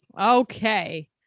Okay